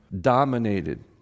dominated